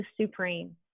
supreme